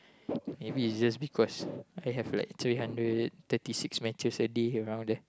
maybe it's just because I have like three hundred thirty six matches a day around there